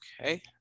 Okay